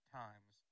times